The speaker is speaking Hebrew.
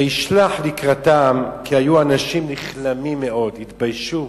וישלח לקראתם, כי היו אנשים נכלמים מאוד, התביישו,